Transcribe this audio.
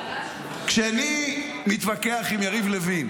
כשאני מתווכח עם יריב לוין,